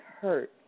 hurt